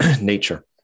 nature